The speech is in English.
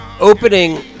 opening